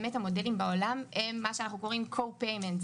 באמת המודלים בעולם הם מה שאנחנו קוראים co payment,